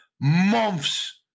months